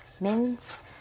mince